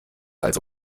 also